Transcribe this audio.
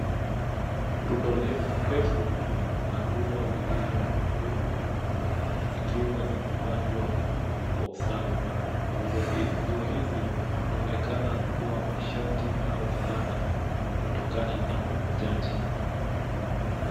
Rundo refu la nguo lililokunjwa zikiwa zimepangwa kwa usawa. Nguo hizi zinaonekana kuwa mashati au fulana kutokana na ukunjaji.